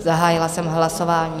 Zahájila jsem hlasování.